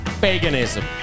paganism